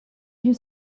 you